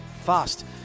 Fast